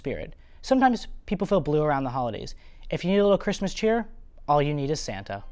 spirit sometimes people feel blue around the holidays if you look christmas cheer all you need to santa